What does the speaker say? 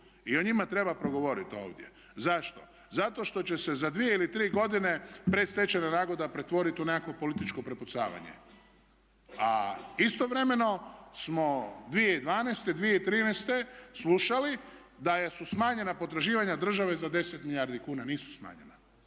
i o njima treba progovoriti ovdje. Zašto? Zato što će se za 2 ili 3 godine predstečajna nagodba pretvoriti u nekakvo političko prepucavanje. A istovremeno smo 2012., 2013. slušali da su smanjena potraživanja države za 10 milijardi kuna. Nisu smanjena.